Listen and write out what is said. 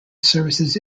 services